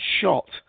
shot